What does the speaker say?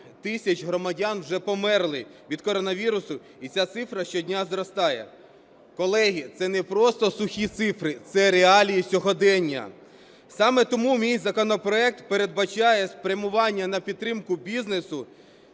тисяч громадян вже померли від коронавірусу, і ця цифра щодня зростає. Колеги, це не просто сухі цифри, це реалії сьогодення. Саме тому мій законопроект передбачає спрямування на підтримку бізнесу